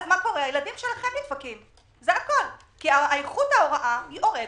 מה שקורה הוא שהילדים שלכם נדפקים כי איכות ההוראה יורדת.